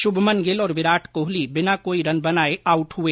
शुभमान गिल और विराट कोहली बिना कोई रन बनाए आउट हुए